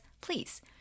Please